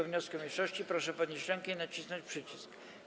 wniosku mniejszości, proszę podnieść rękę i nacisnąć przycisk.